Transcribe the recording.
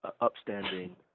upstanding